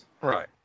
Right